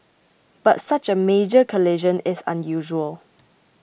but such a major collision is unusual